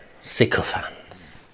sycophants